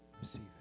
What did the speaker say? Receive